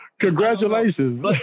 Congratulations